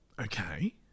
Okay